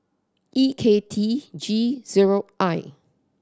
E K T G zero I